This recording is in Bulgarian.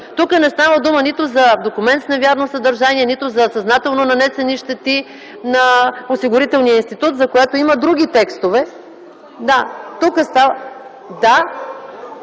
Тук не става дума нито за документ с невярно съдържание, нито за съзнателно нанесени щети на Осигурителния институт, за което има други текстове. (Реплики от ГЕРБ.)